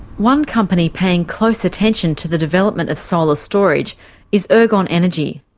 one company paying close attention to the development of solar storage is ergon energy.